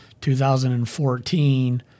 2014